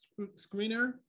screener